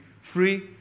free